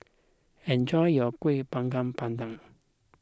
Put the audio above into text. enjoy your Kuih Bakar Pandan